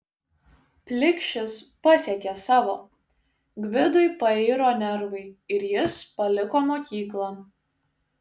plikšis pasiekė savo gvidui pairo nervai ir jis paliko mokyklą